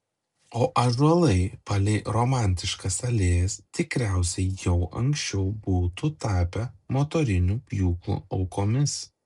o ąžuolai palei romantiškas alėjas tikriausiai jau anksčiau būtų tapę motorinių pjūklų aukomis